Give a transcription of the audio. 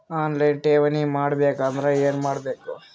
On line ಠೇವಣಿ ಮಾಡಬೇಕು ಅಂದರ ಏನ ಮಾಡಬೇಕು?